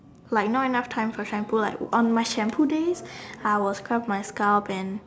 like not enough time for shampoo like on my shampoo days I will scrub my scalp and